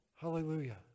Hallelujah